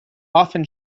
often